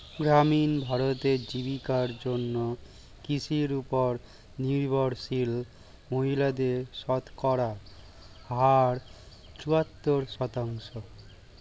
গ্রামীণ ভারতে, জীবিকার জন্য কৃষির উপর নির্ভরশীল মহিলাদের শতকরা হার চুয়াত্তর শতাংশ